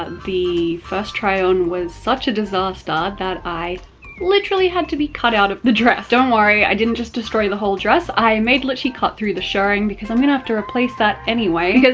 ah the first try on was such a disaster that i literally had to be cut out of the dress. don't worry, i didn't just destroy the whole dress. i made luci cut through the shirring because i'm gonna have to replace that anyway,